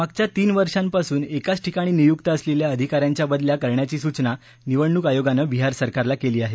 मागच्या तीन वर्षापासून एकाच ठिकाणी नियुक्त असलेल्या अधिका यांच्या बदल्या करण्याची सूचना निवडणूक आयोगानं बिहार सरकारला केली आहे